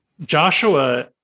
Joshua